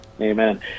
Amen